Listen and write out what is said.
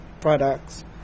products